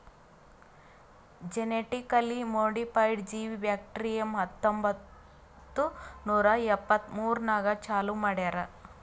genetically modified ಜೀವಿ bacterium ಹತ್ತೊಂಬತ್ತು ನೂರಾ ಎಪ್ಪತ್ಮೂರನಾಗ್ ಚಾಲೂ ಮಾಡ್ಯಾರ್